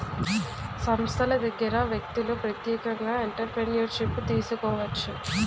సంస్థల దగ్గర వ్యక్తులు ప్రత్యేకంగా ఎంటర్ప్రిన్యూర్షిప్ను తీసుకోవచ్చు